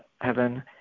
heaven